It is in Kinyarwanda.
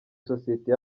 sosiyete